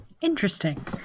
interesting